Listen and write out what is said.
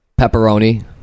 pepperoni